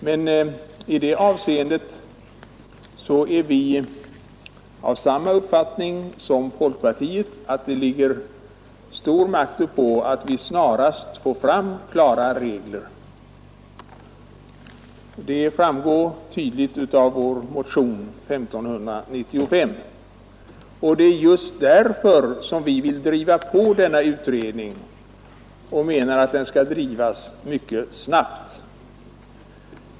Men i det avseendet är vi av samma uppfattning som folkpartiet, att det ligger stor makt uppå att vi snarast får fram klara regler. Det framgår tydligt av vår motion 1595. Och det är just därför som vi vill driva på denna utredning och vill att den skall arbeta mycket snabbt.